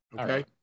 Okay